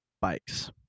bikes